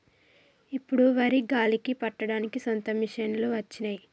ఇప్పుడు వరి గాలికి పట్టడానికి సొంత మిషనులు వచ్చినాయి